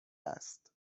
است